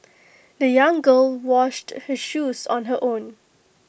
the young girl washed her shoes on her own